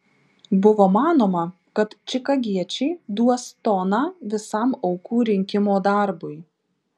buvo manoma kad čikagiečiai duos toną visam aukų rinkimo darbui